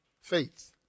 faith